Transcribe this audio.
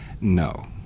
No